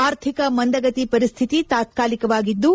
ಆರ್ಥಿಕ ಮಂದಗತಿ ಪರಿಸ್ಥಿತಿ ತಾತ್ಕಾಲಿಕವಾಗಿದ್ದು